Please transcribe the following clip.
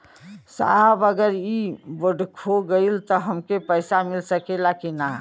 साहब अगर इ बोडखो गईलतऽ हमके पैसा मिल सकेला की ना?